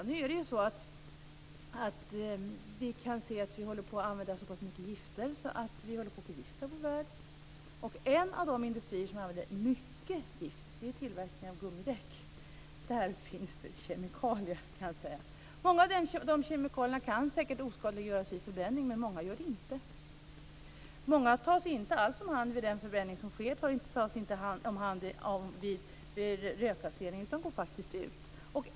Vi kan se att vi använder så pass mycket gifter att vi håller på att förgifta vår värld. En av de industrier som använder mycket gift är den industri som tillverkar gummidäck. Där finns det kemikalier! Många av de kemikalierna kan säkert oskadliggöras vid förbränning men många oskadliggöras inte. Många tas inte alls om hand vid den förbränning som sker eller vid rökgasrening, utan de går faktiskt ut.